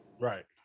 Right